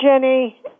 Jenny